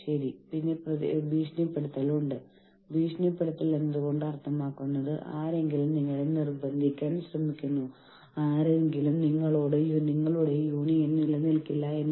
കൂടാതെ അവരുടെ തൊട്ടു മുകളിലുള്ള മേലുദ്യോഗസ്ഥരും അവർക്ക് മുകളിലുള്ള ആളുകളും അവരുടെ ശബ്ദം കേൾക്കാതെ വരുമ്പോൾ അവർ യൂണിയനുകളിൽ ചേരുന്നു